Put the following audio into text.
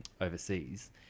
overseas